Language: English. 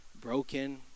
broken